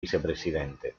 vicepresidente